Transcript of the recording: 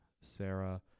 Sarah